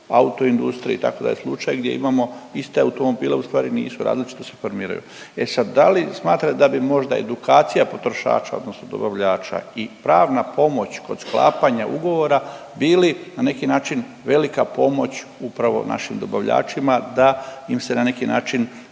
autoindustriji itd. slučaj gdje imamo iste automobile različito se formiraju. E sad da li smatrate da bi možda edukacija potrošača, odnosno dobavljača i pravna pomoć kod sklapanja ugovora bili na neki način velika pomoć upravo našim dobavljačima da im se na neki način,